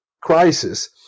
crisis